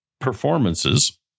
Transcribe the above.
performances